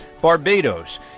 Barbados